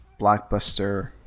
blockbuster